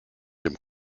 dem